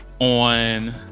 on